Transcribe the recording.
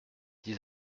dix